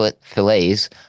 fillets